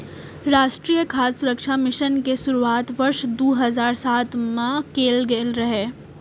राष्ट्रीय खाद्य सुरक्षा मिशन के शुरुआत वर्ष दू हजार सात मे कैल गेल रहै